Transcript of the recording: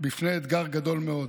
בפני אתגר גדול מאוד.